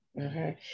okay